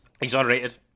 Exonerated